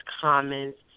Comments